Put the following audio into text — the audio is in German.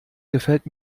gefällt